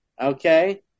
okay